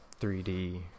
3D